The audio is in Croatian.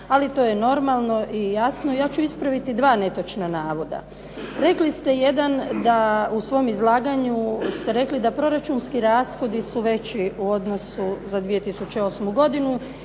ali to je normalno i jasno. I ja ću ispraviti dva netočna navoda. Rekli ste jedan da u svom izlaganju ste rekli da proračunski rashodi su veći u odnosu za 2008. godinu